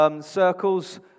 circles